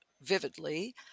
vividly